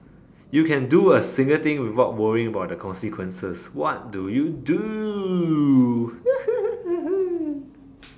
you can do a single thing without worrying about the consequences what do you do